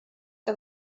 que